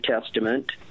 Testament